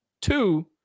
Two